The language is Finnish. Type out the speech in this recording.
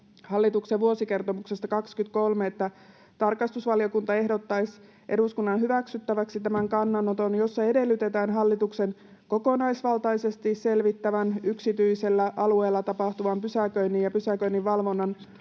hallituksen vuosikertomuksesta 23, että tarkastusvaliokunta ehdottaisi eduskunnan hyväksyttäväksi tämän kannanoton, jossa edellytetään hallituksen kokonaisvaltaisesti selvittävän yksityisellä alueella tapahtuvan pysäköinnin ja pysäköinninvalvonnan